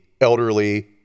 elderly